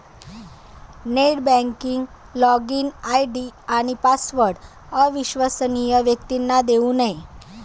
net banking login ID आणि password अविश्वसनीय व्यक्तींना देऊ नये